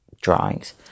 drawings